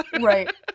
Right